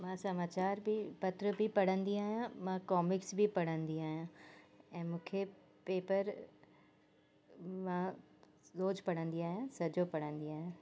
मां समाचार बि पत्र बि पढ़ंदी आहियां मां कॉमिक्स बि पढ़ंदी आहियां ऐं मूंखे पेपर मां रोज़ु पढ़ंदी आहियां सॼो पढ़ंदी आहियां